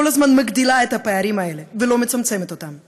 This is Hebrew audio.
הזמן מגדילה את הפערים האלה ולא מצמצמת אותם.